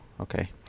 Okay